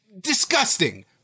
disgusting